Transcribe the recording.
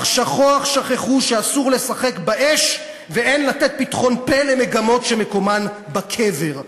כי שכוח שכחו שאסור לשחק באש ולתת פתחון פה למגמות שמקומן בקבר".